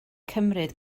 cymryd